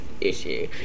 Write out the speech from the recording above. issue